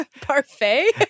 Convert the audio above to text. Parfait